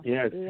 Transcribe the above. Yes